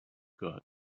got